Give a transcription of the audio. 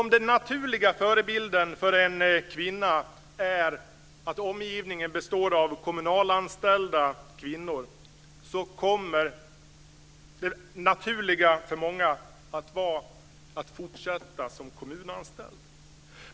Om den naturliga förebilden för en kvinna är att omgivningen består av kommunanställda kvinnor kommer det naturliga för många att vara att fortsätta som kommunanställda.